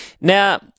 Now